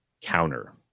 counter